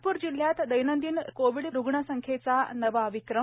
नागपूर जिल्ह्यात दैनंदिन रूग्णसंख्येचा नवा विक्रम